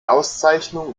auszeichnung